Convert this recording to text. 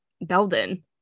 Belden